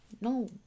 no